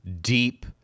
deep